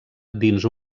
dins